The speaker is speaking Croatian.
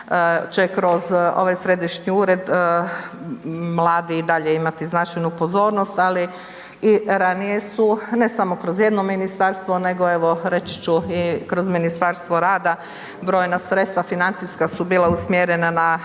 će kroz ovaj središnji ured mladi i dalje imati značajnu pozornost, ali i ranije su ne samo kroz jedno ministarstvo nego evo reći ću i kroz Ministarstvo rada brojna sredstva financijska su bila usmjerena na